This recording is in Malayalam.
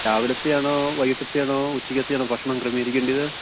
രാവിലത്തെതാണോ വൈകിട്ടത്തെതാണോ ഉച്ചക്കത്തെയാണോ ഭക്ഷണം ക്രമീകരിക്കേണ്ടത്